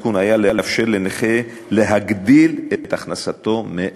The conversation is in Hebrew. לאפשר לנכה להגדיל את הכנסתו מעבודה